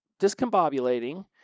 discombobulating